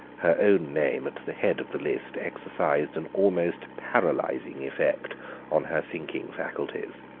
her own name at the head of the list exercised an almost paralysing effect on her thinking faculties.